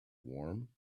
warm